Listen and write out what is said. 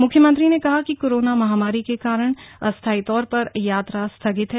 मुख्यमंत्री ने कहा कि कोरोना महामारी के कारण अस्थाई तौर पर यात्रा स्थगित है